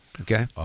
Okay